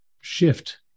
shift